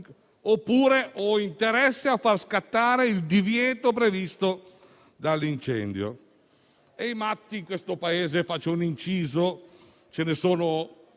oppure interesse a far scattare il divieto previsto dall'incendio. Di matti in questo Paese - faccio un inciso - ce ne sono!